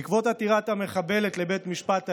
בעקבות עתירת המחבלת לבית המשפט העליון,